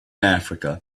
africa